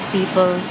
people